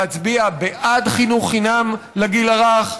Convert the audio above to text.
להצביע בעד חינוך חינם לגיל הרך,